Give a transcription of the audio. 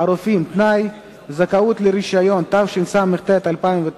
הצבת תמרור וסמכות אכיפה במקום שהוקצה לרכב נכה),